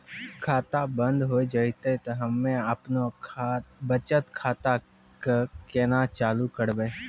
खाता बंद हो जैतै तऽ हम्मे आपनौ बचत खाता कऽ केना चालू करवै?